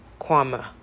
Kwame